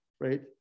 right